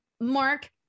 Mark